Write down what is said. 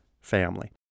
family